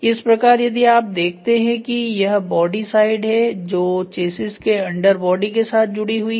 इस प्रकार यदि आप देखते हैं कि यह बॉडी साइड है जो चेसिस के अंडर बॉडी के साथ जुड़ी हुई है